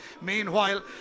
Meanwhile